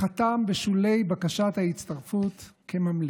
מה שאתה חושב על הגיורים של הרבנות שמענו.